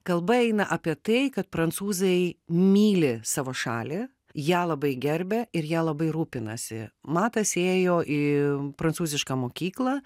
kalba eina apie tai kad prancūzai myli savo šalį ją labai gerbia ir ja labai rūpinasi matas ėjo į prancūzišką mokyklą